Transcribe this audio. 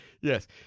Yes